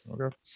Okay